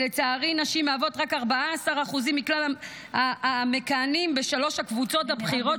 ולצערי נשים מהוות רק 14% מכלל המכהנים בשלוש הקבוצות הבכירות,